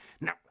Now